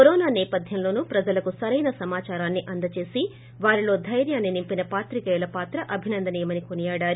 corona సేపథ్యంలోనూ ప్రజలకు సరైన సమాచారాన్ని అందజేసి వారిలో దైర్యాన్ని నింపిన పాత్రికేయుల పాత్ర అభినందనీయమని కొనియాడారు